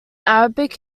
arabic